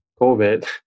COVID